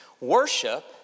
worship